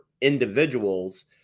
individuals